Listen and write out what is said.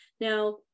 Now